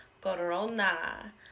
Corona